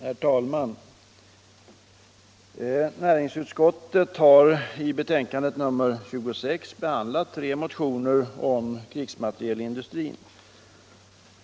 Herr talman! Näringsutskottet har i betänkandet 26 behandlat tre frågor om krigsmaterielindustrin.